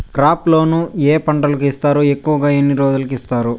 crop loan ఏ పంటలకు ఇస్తారు ఎక్కువగా ఎన్ని రోజులకి ఇస్తారు